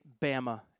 Bama